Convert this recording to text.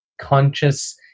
conscious